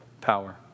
power